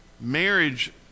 Marriage